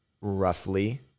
roughly